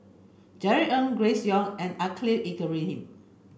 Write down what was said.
Jerry Ng Grace Young and Khalil Ibrahim